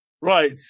Right